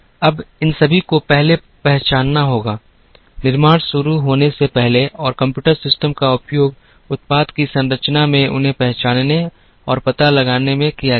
अब इन सभी को पहले पहचानना होगा निर्माण शुरू होने से पहले और कंप्यूटर सिस्टम का उपयोग उत्पाद की संरचना में उन्हें पहचानने और पता लगाने में किया गया था